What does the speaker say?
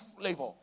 flavor